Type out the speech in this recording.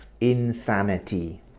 insanity